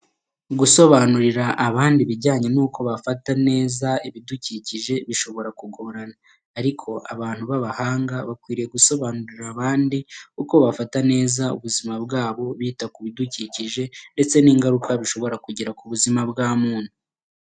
Gusobanurira abandi ibijyanye n'uko wafata neza ibidukikije bishobora kugorana, ariko abantu baba hanga bakwiriye gusobanurira abandi uko bafata neza ubuzima bwabo bita kubidukikije, ndetse n'ingaruka bishobora kugira kubuzima bwa muntu.